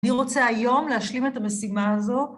אני רוצה היום להשלים את המשימה הזו.